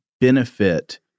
benefit